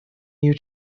you